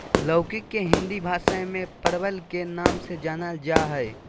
लौकी के हिंदी भाषा में परवल के नाम से जानल जाय हइ